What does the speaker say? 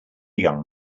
young